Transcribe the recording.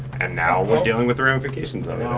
and now we're dealing with the ramifications of